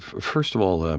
first of all,